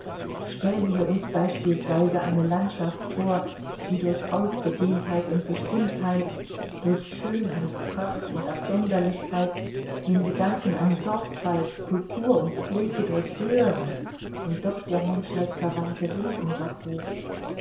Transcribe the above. stellen wir uns beispielsweise eine landschaft vor die durch ausgedehntheit und bestimmtheit durch schönheit pracht und absonderlichkeit den gedanken an sorgfalt kultur und pflege durch höhere und doch der menschheit verwandte wesen